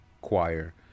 choir